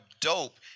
dope